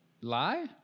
lie